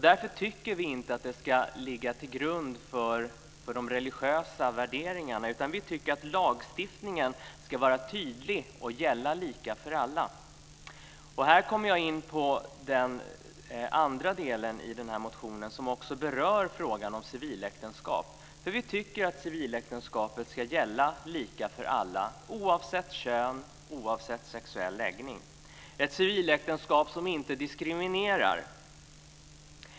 Därför tycker vi inte att detta ska ligga till grund för religiösa värderingar. I stället ska lagstiftningen vara tydlig och gälla lika för alla. Här kommer jag in på den andra delen i den aktuella motionen, som också berör frågan om civiläktenskap. Vi tycker att civiläktenskapet ska gälla lika för alla, oavsett kön och oavsett sexuell läggning - ett civiläktenskap som inte diskriminerar.